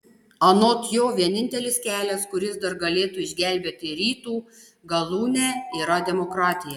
anot jo vienintelis kelias kuris dar galėtų išgelbėti rytų galiūnę yra demokratija